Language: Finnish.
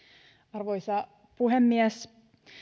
arvoisa puhemies